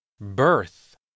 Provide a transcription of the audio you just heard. Birth